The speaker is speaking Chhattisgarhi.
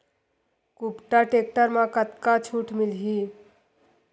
कुबटा टेक्टर म कतका छूट मिलही?